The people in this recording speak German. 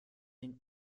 ihn